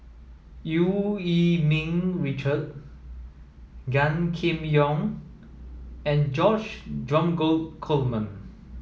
Eu Yee Ming Richard Gan Kim Yong and George Dromgold Coleman